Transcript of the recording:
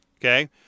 Okay